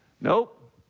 Nope